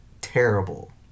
terrible